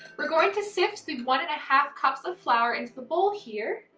we're going to sift through one and a half cups of flour into the bowl here,